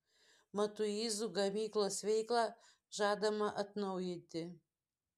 matuizų gamyklos veiklą žadama atnaujinti